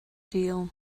deal